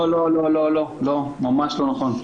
לא, ממש לא נכון.